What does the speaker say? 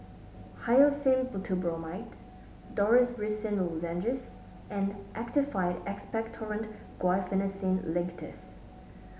Hyoscine Butylbromide Dorithricin Lozenges and Actified Expectorant Guaiphenesin Linctus